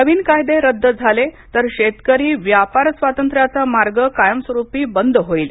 नवीन कायदे रद्द झाले तर शेतकरी व्यापार स्वातंत्र्याचा मार्ग कायमस्वरूपी बंद होईल